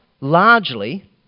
largely